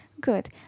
good